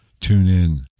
TuneIn